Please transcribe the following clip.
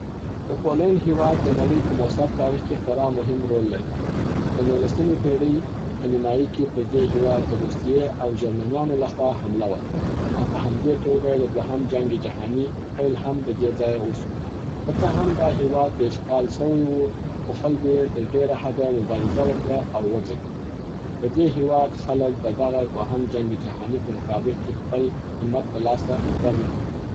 د پولنډ هیواد د نړۍ په موثر تاریخ کي خورا مهم رول لري. د نولسمي پیړۍ په نیمایي کې پر دې هیواد د روسیې او جرمنیانو لخوا حمله وسول او په همدې توګه د دوهم جنګ جهاني پيل هم د دې ځایه وسو. که څه هم دا هیواد اشغال سوی و، خو خلګو یې تر ډېره حده مبارزه وکړه او وجنګیدل. د دې هیواد خلګ د دغه دوهم جنګ جهاني په مقابل کي خپل همت د لاسه ور نکړ